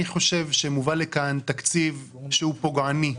אני חושב שמובא לכאן תקציב שהוא פוגעני,